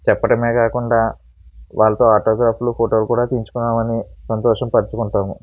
చెప్పటం కాకుండా వాళ్ళతో ఆటోగ్రాఫ్లు ఫోటోలు కూడా తీయించుకున్నామని సంతోషం పంచుకుంటాం